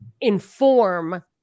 inform